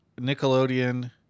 Nickelodeon